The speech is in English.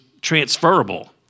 transferable